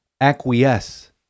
acquiesce